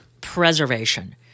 preservation